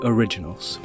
Originals